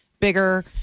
bigger